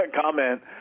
comment